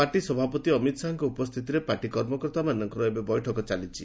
party ସଭାପତି ଅମିତ ଶାହାଙ୍କ ଉପସ୍ଥିତିରେ ପାର୍ଟି କର୍ମକର୍ତ୍ତା ମାନଙ୍କର ଏବେ ବୈଠକ ଚାଲିଛି